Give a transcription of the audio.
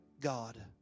God